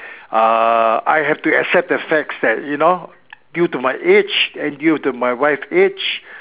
uh I have to accept the facts that you know due to my age and due to my wife age